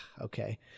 okay